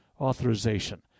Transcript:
authorization